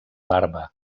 barba